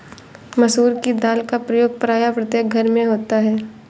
मसूर की दाल का प्रयोग प्रायः प्रत्येक घर में होता है